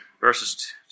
Verses